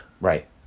Right